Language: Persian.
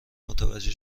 متوجه